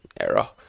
error